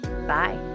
Bye